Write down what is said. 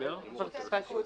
לא הספקנו